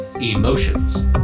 emotions